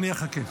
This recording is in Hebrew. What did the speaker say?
אני אחכה.